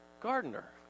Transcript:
Gardener